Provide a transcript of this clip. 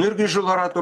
nu ir grįžulo ratų